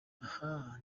aha